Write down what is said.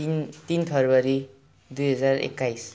तिन तिन फेब्रुअरी दुई हजार एक्काइस